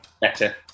Better